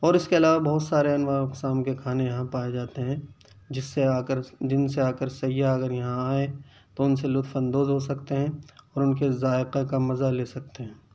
اور اس کے علاوہ بہت سارے انواع و اقسام کے کھانے یہاں پائے جاتے ہیں جس سے آ کر جن سے آ کر سیاح اگر یہاں آئیں تو ان سے لطف اندوز ہو سکتے ہیں اور ان کے ذائقہ کا مزہ لے سکتے ہیں